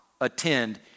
attend